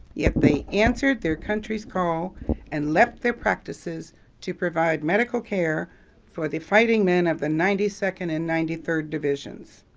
yet they answered their country's call and left their practices to provide medical care for the fighting men of the ninety second and the ninety third divisions.